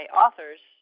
authors